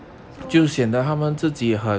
so